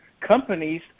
companies –